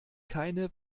keine